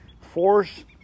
force